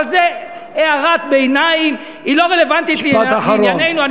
אבל זה הערת ביניים, היא לא רלוונטית לענייננו.